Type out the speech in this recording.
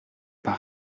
pas